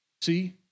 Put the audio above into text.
See